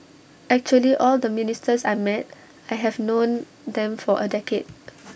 actually all the ministers I met I have known them for A decade